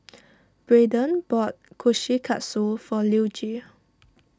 Braeden bought Kushikatsu for Luigi